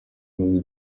ibibazo